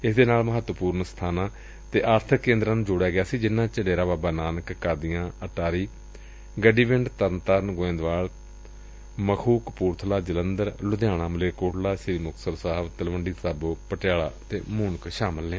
ਇਸ ਦੇ ਨਾਲ ਮਹੱਤਵਪੂਰਨ ਧਾਰਮਿਕ ਸਬਾਨਾਂ ਅਤੇ ਆਰਬਿਕ ਕੇਂਦਰਾਂ ਨੂੰ ਜੋਤਿਆ ਗਿਆ ਸੀ ਜਿਨ੍ਹਾਂ ਵਿੱਚ ਡੇਰਾ ਬਾਬਾ ਨਾਨਕ ਕਾਦੀਆਂ ਅਟਾਰੀ ਬਾਰਡਰ ਗੰਡੀਵਿੰਡ ਤਰਨਤਾਰਨ ਗੋਇੰਦਵਾਲ ਸਾਹਿਬ ਮਖੂ ਕਪੂਰਬਲਾ ਜਲੰਧਰ ਲੁਧਿਆਣਾ ਮਲੇਰਕੋਟਲਾ ਸ੍ਰੀ ਮੁਕਤਸਰ ਸਾਹਿਬ ਤਲਵੰਡੀ ਸਾਬੋ ਪਟਿਆਲਾ ਮੁਣਕ ਨੇ